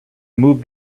moved